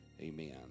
Amen